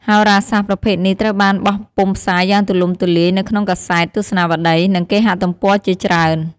ហោរាសាស្ត្រប្រភេទនេះត្រូវបានបោះពុម្ពផ្សាយយ៉ាងទូលំទូលាយនៅក្នុងកាសែត ទស្សនាវដ្តី និងគេហទំព័រជាច្រើន។